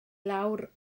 lawr